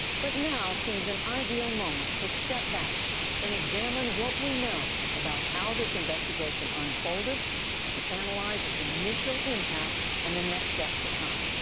but now seems an ideal moment to step back and examine what we know about how this investigation unfolded and to analyze its initial impact and the next steps to come.